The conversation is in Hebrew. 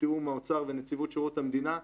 בתיאום האוצר ונציבות שירות המדינה.